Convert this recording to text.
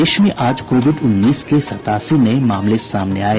प्रदेश में आज कोविड उन्नीस के सतासी नये मामले सामने आये